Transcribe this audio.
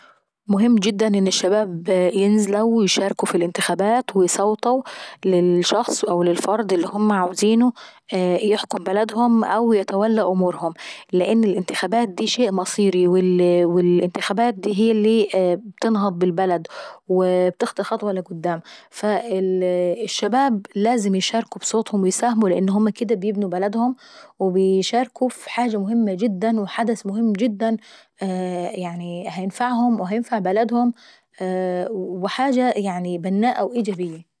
مهم جدا ان الشباب ينزلو ويشاركوا ف الانتخابات ويصوتاو للشخص او للفرد اللي هما عاوزينه يحكم بلدهم او بتولى امورهم. لان الانتخابات دي شيء مصيري والانتخابات دي هي اللي بتنهض بالبلد وبتخطي خطوة لقيدام. فالشباب لازم يشاركوا بصوتهم ولازم يساهموا لان هما كدا بيبنوا بلدهم وبيشاركوا في حاجة مهم جدا وحدث مهم جدا، هيفنعهم وينفع بلدهم وحاجة ايجابي.